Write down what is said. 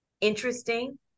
interesting